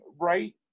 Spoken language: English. right